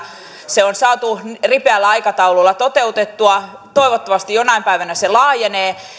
se on saatu ripeällä aikataululla toteutettua toivottavasti jonain päivänä se laajenee